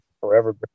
forever